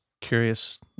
curious